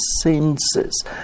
senses